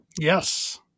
Yes